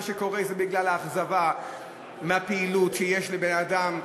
שקורה זה בגלל האכזבה מהפעילות של האדם,